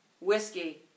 Whiskey